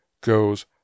goes